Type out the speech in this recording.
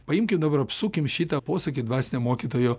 paimkit dabar apsukim šitą posakį dvasinio mokytojo